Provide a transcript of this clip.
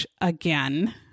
again